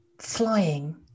flying